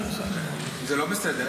זה לא בסדר.